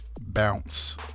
bounce